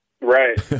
Right